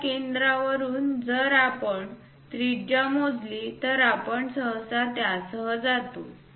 त्या केंद्रावरून जर आपण त्रिज्या मोजली तर आपण सहसा त्यासह जातो